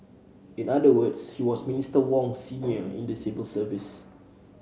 in other words he was Minister Wong's senior in the civil service